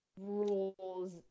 rules